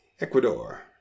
Ecuador